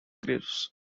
crisp